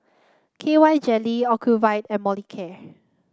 K Y Jelly Ocuvite and Molicare